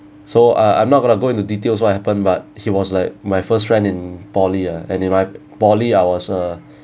so uh I'm not going to go into details what happen but he was like my first friend in poly ah and in my poly I was uh